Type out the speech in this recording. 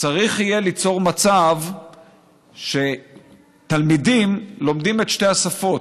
צריך יהיה ליצור מצב שתלמידים לומדים את שתי השפות,